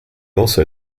also